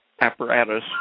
Apparatus